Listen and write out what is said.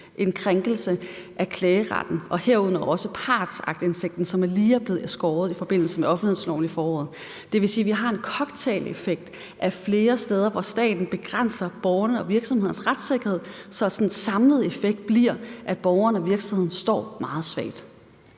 en krænkelse af klageretten, herunder partsaktindsigten, som lige er blevet beskåret i forbindelse med offentlighedsloven i foråret. Det vil sige, at vi har en cocktaileffekt ved, at der er flere steder, hvor staten begrænser borgernes og virksomhedernes retssikkerhed, så den samlede effekt bliver, at borgerne og virksomhederne står meget svagt.